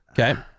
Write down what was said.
Okay